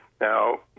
Now